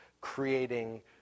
creating